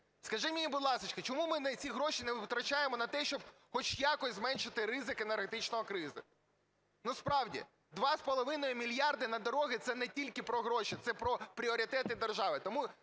Скажіть мені, будь ласка, чому ми ці гроші не витрачаємо на те, щоб хоч якось зменшити ризик енергетичної кризи? Ну, справді, 2,5 мільярда на дороги – це не тільки про гроші, це про пріоритети держави.